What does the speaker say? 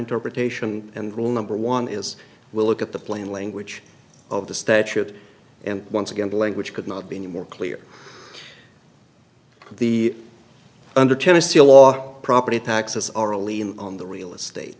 interpretation and rule number one is will it at the plain language of the statute and once again the language could not be more clear the under tennessee law property taxes are a lien on the real estate